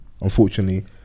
unfortunately